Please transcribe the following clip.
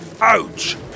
Ouch